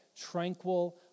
tranquil